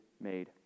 made